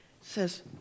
Says